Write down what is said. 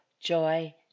joy